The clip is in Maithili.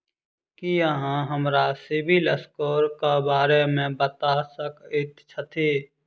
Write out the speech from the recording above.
की अहाँ हमरा सिबिल स्कोर क बारे मे बता सकइत छथि?